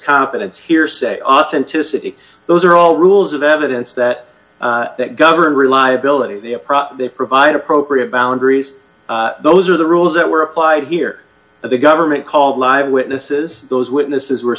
confidence hearsay authenticity those are all rules of evidence that that govern reliability a proper they provide appropriate boundaries those are the rules that were applied here and the government called live witnesses those witnesses were